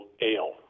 Ale